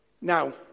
Now